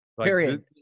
Period